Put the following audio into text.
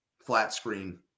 flat-screen